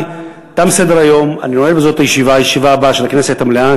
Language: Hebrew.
ובכן, אני קובע שתשעה קולות בעד,